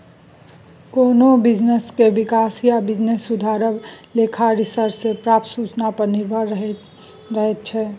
कोनो बिजनेसक बिकास या बिजनेस सुधरब लेखा रिसर्च सँ प्राप्त सुचना पर निर्भर रहैत छै